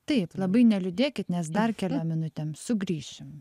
taip labai neliūdėkit nes dar keliom minutėm sugrįšim